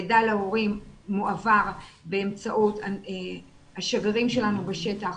מידע להורים מועבר באמצעות השגרירים שלנו בשטח,